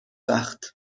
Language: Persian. وقت